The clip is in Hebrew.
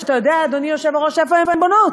ואתה יודע, אדוני היושב-ראש, איפה הן בונות?